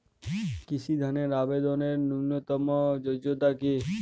কৃষি ধনের আবেদনের ন্যূনতম যোগ্যতা কী?